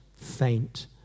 faint